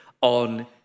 on